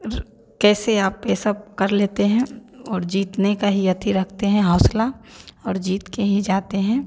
कैसे आप ये सब कर लेते हैं और जीतने का ही अती रखते हैं हौसला और जीत के ही जाते हैं